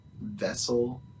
vessel